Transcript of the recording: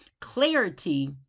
clarity